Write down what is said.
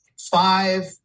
Five